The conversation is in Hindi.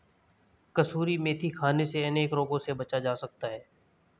कसूरी मेथी खाने से अनेक रोगों से बचा जा सकता है